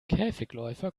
käfigläufer